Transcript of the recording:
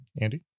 Andy